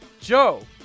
Joe